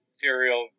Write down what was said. serial